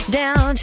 down